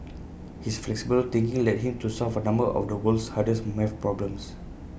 his flexible thinking led him to solve A number of the world's hardest math problems